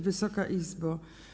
Wysoka Izbo!